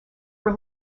for